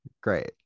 great